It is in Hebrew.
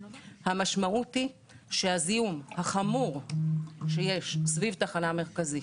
המשמעות היא שהזיהום החמור שיש סביב התחנה המרכזית